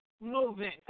moving